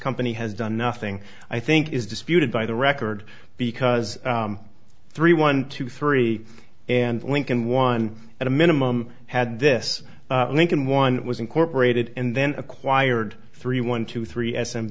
company has done nothing i think is disputed by the record because three one two three and lincoln one at a minimum had this link and one was incorporated and then acquired three one two three s